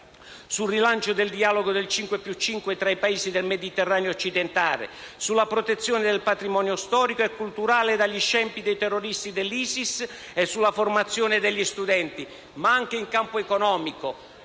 sul rilancio del Dialogo 5+5 tra i Paesi del Mediterraneo occidentale, sulla protezione del patrimonio storico-culturale dagli scempi dei terroristi dell'ISIS e sulla formazione degli studenti. Ma anche in campo economico